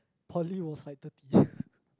poly was like thirty